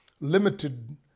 limited